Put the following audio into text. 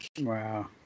Wow